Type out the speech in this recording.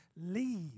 leave